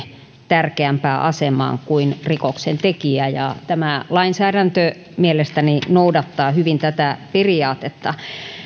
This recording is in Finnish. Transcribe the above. tärkeämpään asemaan kuin rikoksentekijä tämä lainsäädäntö mielestäni noudattaa hyvin tätä periaatetta on